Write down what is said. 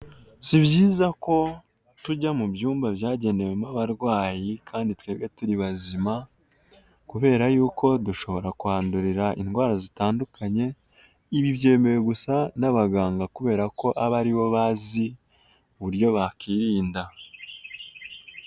Si byiza ko tujya mu byumba byagenewemo abarwayi kandi twebwe turi bazima kubera yuko dushobora kuhandurira indwara zitandukanye, ibi byemewe gusa n'abaganga kubera ko aba aribo bazi uburyo bakwirinda.